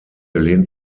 lehnt